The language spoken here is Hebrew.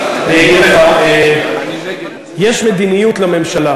אני אגיד לך, יש מדיניות לממשלה,